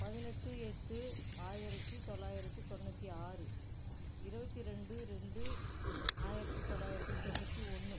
பதினெட்டு எட்டு ஆயிரத்தி தொள்ளாயிரத்தி தொண்ணூற்றி ஆறு இருவத்தி ரெண்டு ரெண்டு ஆயிரத்தி தொள்ளாயிரத்தி தொண்ணூற்றி ஒன்று